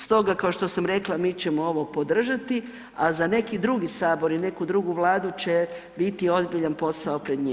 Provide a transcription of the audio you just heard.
Stoga, kao što sam rekla, mi ćemo ovo podržati, a za neki drugi sabor i neku drugu Vladu će biti ozbiljan posao pred njima.